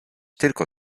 tylko